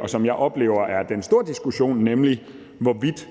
og som jeg oplever er den store diskussion, nemlig hvorvidt